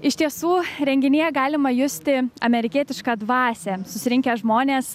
iš tiesų renginyje galima justi amerikietišką dvasią susirinkę žmonės